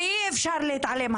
ואי אפשר להתעלם,